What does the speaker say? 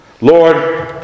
Lord